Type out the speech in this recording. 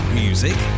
music